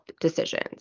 decisions